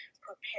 prepare